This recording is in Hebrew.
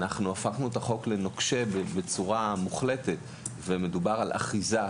עכשיו הפכנו את החוק לנוקשה בצורה מוחלטת כך שמדובר באחיזה,